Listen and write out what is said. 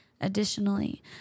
Additionally